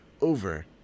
over